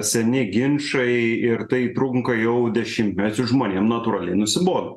seni ginčai ir tai trunka jau dešimtmetį žmonėm natūraliai nusibodo